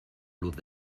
luz